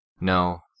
No